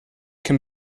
can